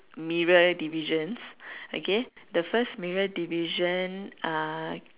mirror divisions okay the first mirror division uh